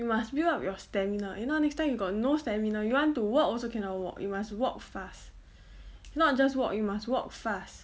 you must build up your stamina if not next time you got no stamina you want to walk also cannot walk you must walk fast not just walk you must walk fast